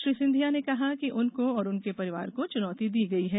श्री सिंधिया ने कहा कि उनकों और उनके परिवार को चुनौती दी गई है